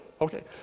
Okay